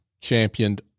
championed